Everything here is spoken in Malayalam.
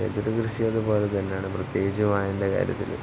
ഏതൊരു കൃഷിയേയും പോലെ തന്നെയാണ് പ്രത്യേകിച്ച് വാഴയുടെ കാര്യത്തിൽ